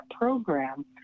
program